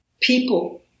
people